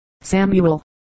Samuel